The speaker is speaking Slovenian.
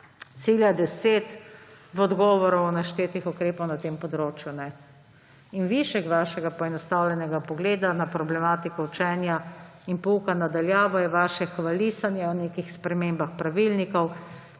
cilja 10 v odgovoru naštetih ukrepov na tem področju. In višek vašega poenostavljenega pogleda na problematiko učenja in pouka na daljavo je vaše hvalisanje o nekih spremembah pravilnikov,